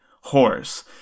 horse